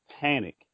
panic